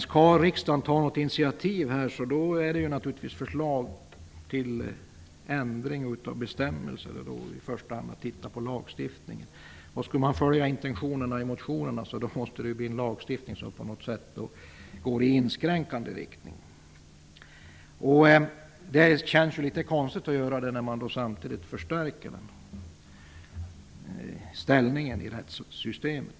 Om riksdagen skall ta något initiativ i det här sammanhanget finns det förslag till ändring av bestämmelser och då i första hand att se över lagstiftningen. Skulle man följa intentionerna i motionerna skulle det bli fråga om en lagstiftning som går i inskränkande riktning. Det känns litet konstigt i så fall, samtidigt som man nu skall förstärka allemansrättens ställning i rättssystemet.